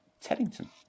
Teddington